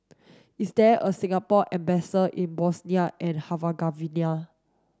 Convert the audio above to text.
is there a Singapore embassy in Bosnia and Herzegovina